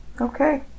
Okay